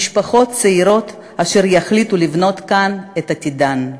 משפחות צעירות אשר יחליטו לבנות כאן את עתידן.